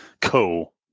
Cool